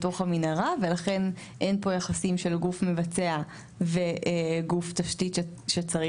ולכן אין פה יחסים של גוף מבצע וגוף תשתית שצריך